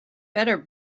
better